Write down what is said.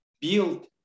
build